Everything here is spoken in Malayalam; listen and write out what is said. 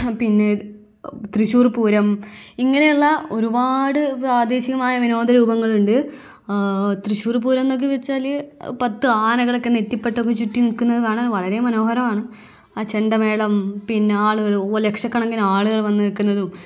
പിന്നെ തൃശ്ശൂർ പൂരം ഇങ്ങനെയുള്ള ഒരുപാട് പ്രാദേശികമായ വിനോദ രൂപങ്ങളുണ്ട് തൃശ്ശൂർ പൂരമെന്നൊക്കെ വെച്ചാൽ പത്തു ആനകളൊക്കെ നെറ്റിപ്പട്ടമൊക്കെ ചുറ്റി നിൽക്കുന്നത് കാണാൻ വളരെ മനോഹരമാണ് ആ ചെണ്ടമേളം പിന്നെ ആളുകൾ ഓ ലക്ഷക്കണക്കിന് ആളുകൾ വന്നുനിൽക്കുന്നതും